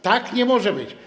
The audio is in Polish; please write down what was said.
Tak nie może być.